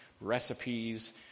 Recipes